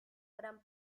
gran